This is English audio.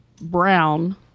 brown